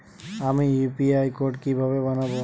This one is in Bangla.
আমি ইউ.পি.আই কোড কিভাবে বানাব?